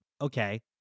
Okay